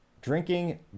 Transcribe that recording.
drinking